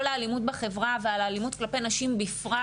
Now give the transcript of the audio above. האלימות בחברה ועל אלימות כלפי נשים בפרט,